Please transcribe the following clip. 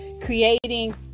Creating